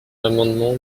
l’amendement